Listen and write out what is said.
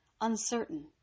uncertain